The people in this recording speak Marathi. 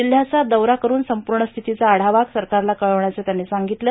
जिल्ह्याचा दौरा करून संपूर्ण स्थितीचा आढावा सरकारला कळविण्याचे त्यांनी सांगितले